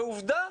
ועובדה,